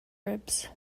ribs